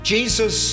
Jesus